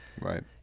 right